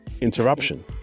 interruption